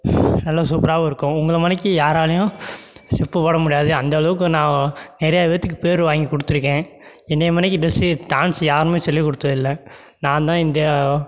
நல்லா சூப்பராகவும் இருக்கும் உங்களை மாரிக்கி யாராலேயும் ஸ்டெப்பு போட முடியாது அந்த அளவுக்கு நான் நிறையாப் பேர்த்துக்கு பேர் வாங்கிக் கொடுத்திருக்கேன் என்னை மாரிக்கி ட்ரஸ்ஸு டான்ஸு யாருமே சொல்லிக் கொடுத்ததில்ல நான் தான் இந்த